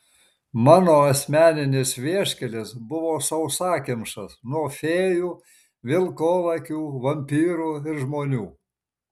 mano asmeninis vieškelis buvo sausakimšas nuo fėjų vilkolakių vampyrų ir žmonių